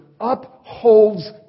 upholds